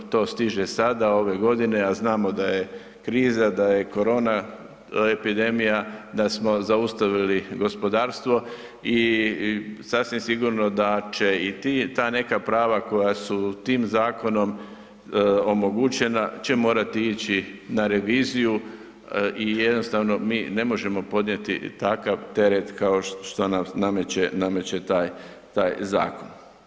To stiže sada, ove godine, a znamo da je kriza, da je korona, epidemija da smo zaustavili gospodarstvo i sasvim sigurno da će i ti, ta neka prava koja su tim zakonom omogućena će morati ići na reviziju i jednostavno mi ne možemo podnijeti takav teret kao što nam nameće taj zakon.